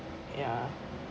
ya